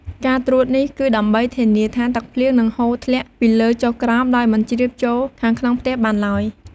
ការត្រួតគ្នានេះគឺដើម្បីធានាថាទឹកភ្លៀងនឹងហូរធ្លាក់ពីលើចុះក្រោមដោយមិនជ្រាបចូលខាងក្នុងផ្ទះបានឡើយ។